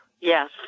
Yes